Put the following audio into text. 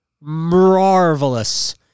marvelous